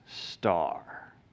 star